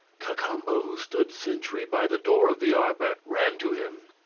cacambo, who stood sentry by the door of the arbour, ran to him.